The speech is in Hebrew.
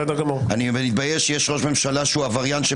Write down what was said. אני מתבייש שיש ראש ממשלה שהוא עבריין,